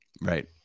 Right